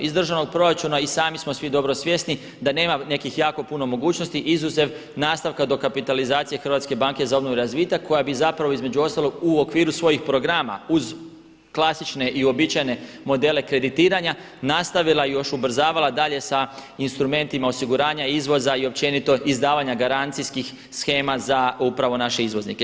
Iz državnog proračuna i sami smo svi dobro svjesni da nema nekih jako puno mogućnosti izuzev nastavka dokapitalizacije Hrvatske banke za obnovu i razvitak koja bi zapravo između ostalog u okviru svojih programa uz klasične i uobičajene modele kreditiranja nastavila još i ubrzavala dalje sa instrumentima osiguranja izvoza i općenito izdavanja garancijskih shema za upravo naše izvoznike.